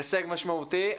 בהישג משמעותי.